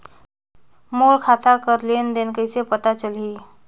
मोर खाता कर लेन देन कइसे पता चलही?